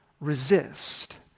Resist